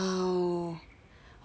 !wow!